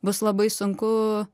bus labai sunku